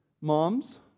Moms